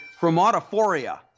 Chromatophoria